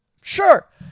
Sure